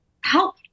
help